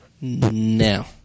now